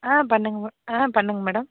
ஆ பண்ணுங்கள் ஆ பண்ணுங்கள் மேடம்